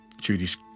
Judy's